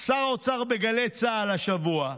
שר האוצר בגלי צה"ל השבוע: